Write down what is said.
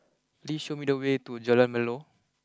please show me the way to Jalan Melor